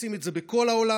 עושים את זה בכל העולם.